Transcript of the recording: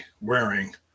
wearing